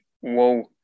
whoa